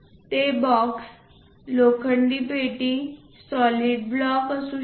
ते बॉक्स लोखंडी पेटी सॉलिड ब्लॉक असू शकते